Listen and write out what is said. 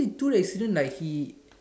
tool accident like he